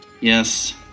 Yes